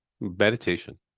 Meditation